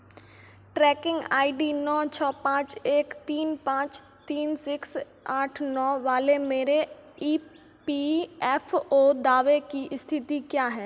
trekking I D नौ छः पाँच एक तीन पाँच तीन सिक्स आठ नौ वाले मेरे ई पी एफ ओ दावे की स्थिति क्या है